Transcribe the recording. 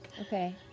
Okay